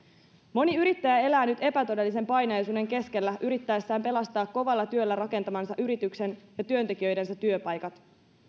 moni yrittäjä elää nyt epätodellisen painajaisunen keskellä yrittäessään pelastaa kovalla työllä rakentamansa yrityksen ja työntekijöidensä työpaikat